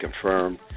confirmed